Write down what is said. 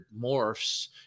morphs